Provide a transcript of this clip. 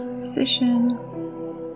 position